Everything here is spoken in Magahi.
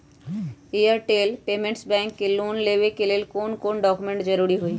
एयरटेल पेमेंटस बैंक से लोन लेवे के ले कौन कौन डॉक्यूमेंट जरुरी होइ?